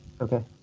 Okay